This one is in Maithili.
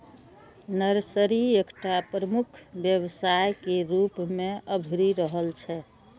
नर्सरी एकटा प्रमुख व्यवसाय के रूप मे अभरि रहल छै